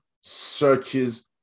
searches